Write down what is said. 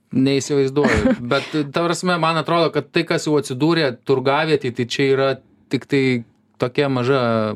neįsivaizduoju bet ta prasme man atrodo kad tai kas jau atsidūrė turgavietėj tai čia yra tiktai tokia maža